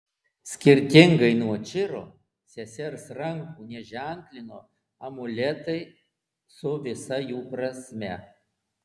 skirtingai nuo čiro sesers rankų neženklino amuletai su visa jų prasme